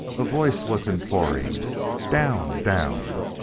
a voice was imploring down! down!